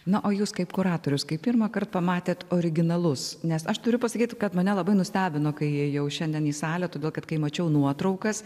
na o jūs kaip kuratorius kai pirmąkart pamatėte originalus nes aš turiu pasakyt kad mane labai nustebino kai įėjau šiandien į salę todėl kad kai mačiau nuotraukas